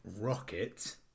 Rocket